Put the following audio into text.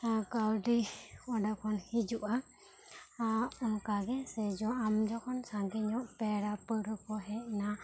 ᱠᱟᱹᱣᱰᱤ ᱚᱸᱰᱮ ᱠᱷᱚᱱ ᱦᱤᱡᱩᱜ ᱟ ᱟ ᱚᱱᱠᱟ ᱜᱮ ᱥᱮ ᱡᱚ ᱟᱢ ᱡᱚᱠᱷᱚᱱ ᱥᱟᱸᱜᱮ ᱧᱚᱜ ᱯᱮᱲᱟ ᱯᱟᱹᱣᱨᱟᱹ ᱠᱚ ᱦᱮᱡ ᱮᱱᱟ